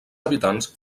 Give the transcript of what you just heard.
habitants